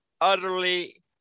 utterly